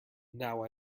now